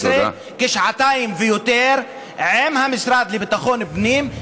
כשעתיים ויותר עם המשרד לביטחון הפנים,